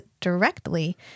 directly